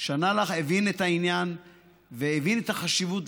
הוא הבין את העניין והבין את החשיבות,